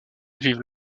vivent